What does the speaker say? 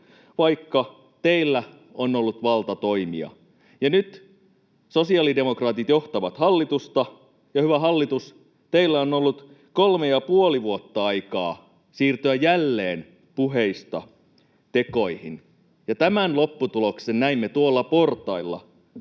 vaikka teillä on ollut valta toimia. Nyt sosiaalidemokraatit johtavat hallitusta, ja hyvä hallitus, teillä on ollut kolme ja puoli vuotta aikaa siirtyä jälleen puheista tekoihin, ja tämän lopputuloksen näimme tuolla portailla.